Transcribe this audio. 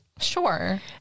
Sure